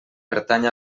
pertany